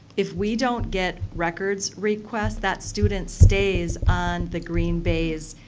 if we don't get records request, that student stays on the green bay's